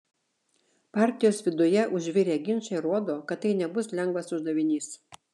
partijos viduje užvirę ginčai rodo kad tai nebus lengvas uždavinys